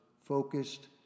focused